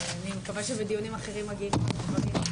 אני מקווה שבדיונים אחרים מגיעים גם גברים.